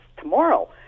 tomorrow